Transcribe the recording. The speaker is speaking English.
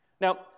Now